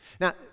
Now